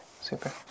Super